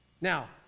Now